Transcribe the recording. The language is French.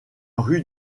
rue